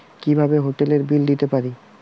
কিভাবে হোটেলের বিল দিতে পারি?